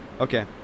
Okay